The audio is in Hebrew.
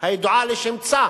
הידועה לשמצה,